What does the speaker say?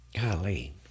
Golly